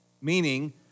meaning